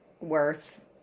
worth